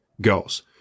girls